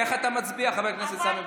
איך אתה מצביע, חבר הכנסת סמי שחאדה?